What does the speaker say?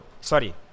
Sorry